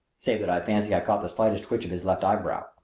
save that i fancied i caught the slightest twitch of his left eyebrow.